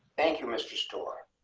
thank you, mr store.